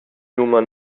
nummer